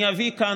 אזכיר כאן,